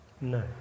No